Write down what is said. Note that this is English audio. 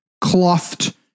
clothed